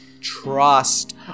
Trust